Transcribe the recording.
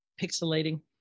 pixelating